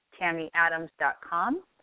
tammyadams.com